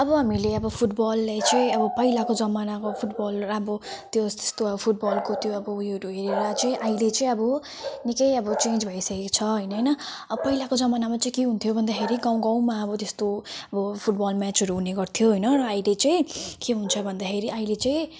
अब हामीले अब फुटबललाई चाहिँ अब पहिलाको जमानाको फुटबल अब त्यो त्यस्तो अब फुटबलको त्यो अब उयोहरू हेरेर चाहिँ अहिले चाहिँ अब निकै अब चेन्ज भइसकेको छ होइन होइन अब पहिलाको जमानामा चाहिँ के हुन्थ्यो भन्दाखेरि गाउँ गाउँमा अब त्यस्तो अब फुटबल म्याचहरू हुने गर्थ्यो होइन र अहिले चाहिँ के हुन्छ भन्दाखेरि अहिले चाहिँ